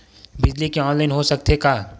बिजली के ऑनलाइन हो सकथे का?